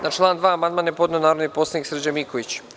Na član 2. amandman je podneo narodni poslanik Srđan Miković.